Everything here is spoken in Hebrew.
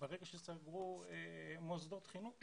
ברגע שסגרו מוסדות החינוך,